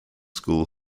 school